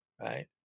right